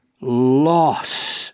loss